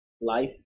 life